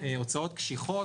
הוצאות קשיחות.